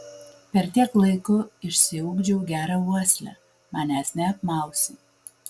per tiek laiko išsiugdžiau gerą uoslę manęs neapmausi